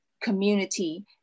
community